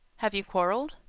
have you quarrelled?